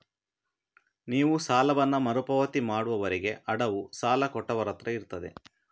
ನೀವು ಸಾಲವನ್ನ ಮರು ಪಾವತಿ ಮಾಡುವವರೆಗೆ ಅಡವು ಸಾಲ ಕೊಟ್ಟವರತ್ರ ಇರ್ತದೆ